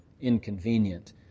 inconvenient